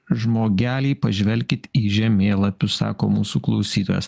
žmogeliai pažvelkit į žemėlapius sako mūsų klausytojas